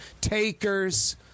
takers